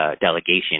delegation